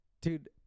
Dude